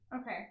Okay